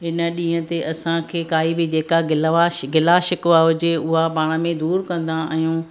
इन ॾींहं ते असांखे कोई बि जेका गिलावा गिला शिकवा हुजे उहा पाण में दूरु कंदा आहियूं